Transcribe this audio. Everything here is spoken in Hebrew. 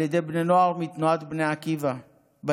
על ידי בני נוער מתנועת בני עקיבא ביישוב.